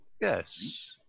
Yes